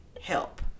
Help